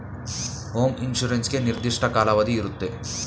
home insurance ಗೆ ನಿರ್ದಿಷ್ಟ ಕಾಲಾವಧಿ ಇರುತ್ತೆ